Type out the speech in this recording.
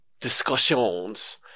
discussions